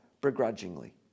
begrudgingly